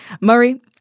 Murray